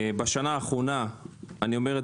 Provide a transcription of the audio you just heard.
בשנה האחרונה, אני אומר זאת